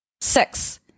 Six